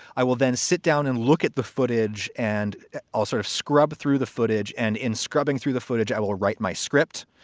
i will then sit down and look at the footage and i'll sort of scrub through the footage. and in scrubbing through the footage, i will write my script.